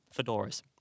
Fedoras